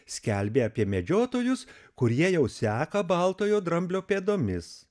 skelbė apie medžiotojus kurie jau seka baltojo dramblio pėdomis